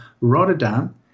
Rotterdam